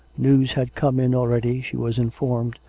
news had come in al ready, she was informed,